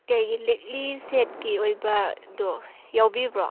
ꯀꯔꯤꯒꯤ ꯂꯤꯛꯂꯤ ꯁꯦꯠꯀꯤ ꯑꯣꯏꯕꯗꯣ ꯌꯥꯎꯕꯤꯕ꯭ꯔꯣ